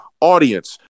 audience